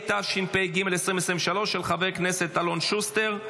התשפ"ג 2023, של חבר כנסת אלון שוסטר.